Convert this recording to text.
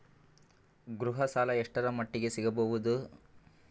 ಗೃಹ ಸಾಲ ಎಷ್ಟರ ಮಟ್ಟಿಗ ಸಿಗಬಹುದು?